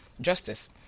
justice